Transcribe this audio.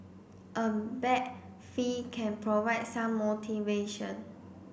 a bag fee can provide some motivation